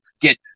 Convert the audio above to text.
get